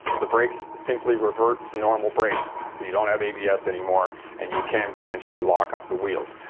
the brakes simply revert to normal brakes. so you don't have abs anymore and you can potentially lock up the wheels.